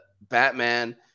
batman